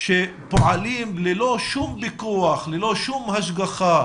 שפועלים ללא כל פיקוח, ללא כל השגחה,